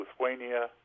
Lithuania